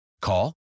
Call